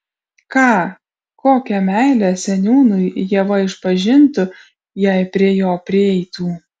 ką kokią meilę seniūnui ieva išpažintų jei prie jo prieitų